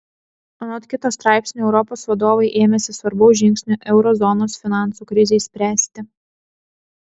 anot kito straipsnio europos vadovai ėmėsi svarbaus žingsnio euro zonos finansų krizei spręsti